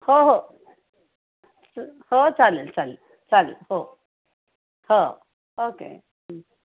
हो हो हो चालेल चालेल चालेल हो हो ओके